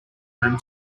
room